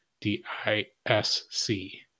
D-I-S-C